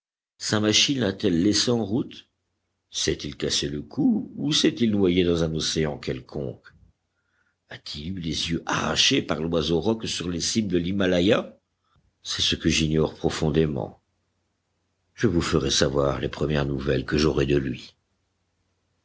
sa machine la t elle laissé en route s'est-il cassé le cou ou s'est-il noyé dans un océan quelconque a-t-il eu les yeux arrachés par l'oiseau rock sur les cimes de l'himalaya c'est ce que j'ignore profondément je vous ferai savoir les premières nouvelles que j'aurai de lui